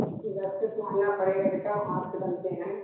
गुलदस्ते तो महँगा पड़ेगा बेटा वे हाथ से बनते हैं